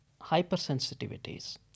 hypersensitivities